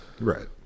Right